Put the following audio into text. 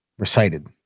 recited